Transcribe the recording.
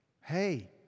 hey